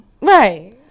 Right